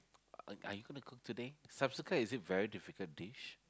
uh are you gonna cook today Subsuka is it very difficult dish